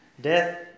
death